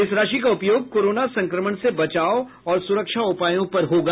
इस राशि का उपयोग कोरोना संक्रमण से बचाव और सुरक्षा उपायों परहोगा